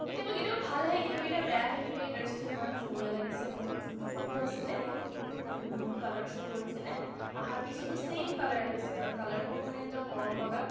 কেতিয়াবা কেতিয়াবা ভাল আহে কেতিয়াবা কেতিয়াবা বেয়া আহে কিন্তু এই ড্ৰেছটো ইমান ধুনীয়া লাগিছে মোৰ যোনটো ফটো আছিলে সেই ফটোটোত যোনটো কালাৰ স্ব' কৰিছিলে অহাৰ পিছতো চেইম কালাৰ আহিছে আৰু কালাৰটো মানে একদম মৰমলগা